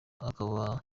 akaba